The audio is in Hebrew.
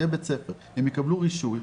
יהיה בית ספר והם יקבלו רישוי,